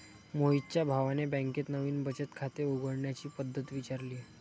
मोहितच्या भावाने बँकेत नवीन बचत खाते उघडण्याची पद्धत विचारली